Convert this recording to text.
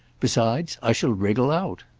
besides, i shall wriggle out.